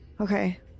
okay